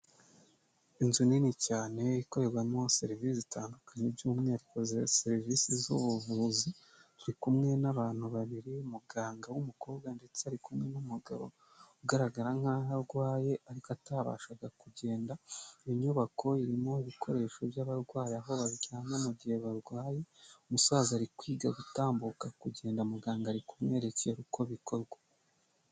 Inzu nini cyane ikorerwamo serivisi zitandukanye, by'umwirariko serivisi z'ubuvuziri. turi kumwe n'abantu babiri, muganga w'umukobwa ndetse ari kumwe n'umugabo ugaragara nkaho arwaye ariko atabashaga kugenda. Inyubako irimo ibikoresho by'abarwayi aho baryama mu gihe barwaye. Umusaza ari kwiga gutambuka, kugenda; muganga ari kumwerekera uko bikorwa.